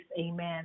amen